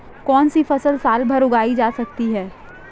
कौनसी फसल साल भर उगाई जा सकती है?